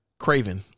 Craven